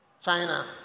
China